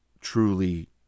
truly